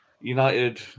united